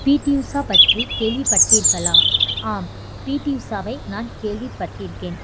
பிடி உஷா பற்றி கேள்விப்பட்டீர்களா ஆம் பிடி உஷாவை நான் கேள்விப்பட்டிருக்கேன்